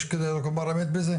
יש אמת בזה?